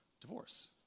divorce